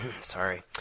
Sorry